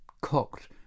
cocked